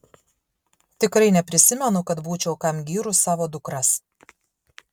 tikrai neprisimenu kad būčiau kam gyrus savo dukras